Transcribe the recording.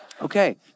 Okay